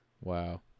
Wow